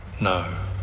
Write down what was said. No